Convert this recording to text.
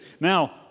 now